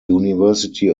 university